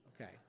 Okay